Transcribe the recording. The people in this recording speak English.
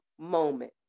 moment